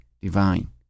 divine